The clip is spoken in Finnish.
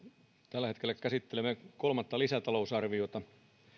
tällä hetkellä käsittelemme kolmatta lisätalousarviota